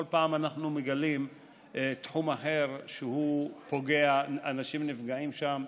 בכל פעם אנחנו מגלים תחום אחר שפוגע ואנשים נפגעים שם,